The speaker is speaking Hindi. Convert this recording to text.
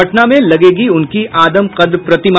पटना में लगेगी उनकी आदमकद प्रतिमा